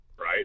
Right